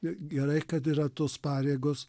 gerai kad yra tos pareigos